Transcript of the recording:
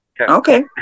Okay